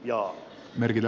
arvoisa puhemies